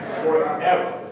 Forever